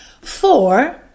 Four